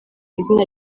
izina